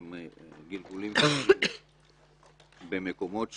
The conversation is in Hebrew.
גלגולים שונים במקומות שונים.